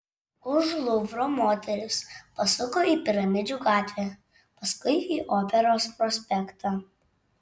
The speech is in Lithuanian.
už luvro moterys pasuko į piramidžių gatvę paskui į operos prospektą